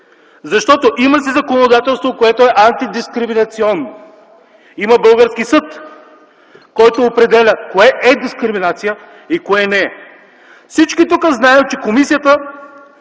защото си има законодателство, което е антидискриминационно; има български съд, който определя кое е дискриминация и кое не е! Всички тук знаем, че комисията